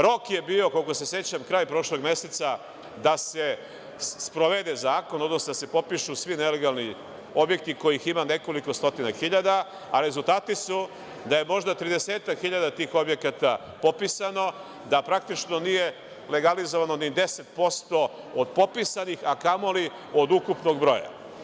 Rok je bio, koliko se sećam, kraj prošlog meseca da se sprovede zakon, odnosno da se popišu svi nelegalni objekti kojih ima nekoliko stotina hiljada, a rezultati su da je možda tridesetak hiljada tih objekata popisano, da praktično nije legalizovano ni 10% od popisanih, a kamoli od ukupnog broja.